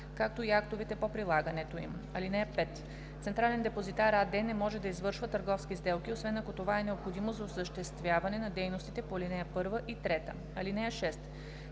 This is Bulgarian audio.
както и актовете по прилагането им. (5) „Централен депозитар“ АД не може да извършва търговски сделки, освен ако това е необходимо за осъществяване на дейностите по ал. 1 и 3. (6)